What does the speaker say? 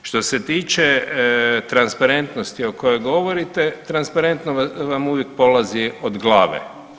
Što se tiče transparentnosti o kojoj govorite transparentnost vam uvijek polazi od glave.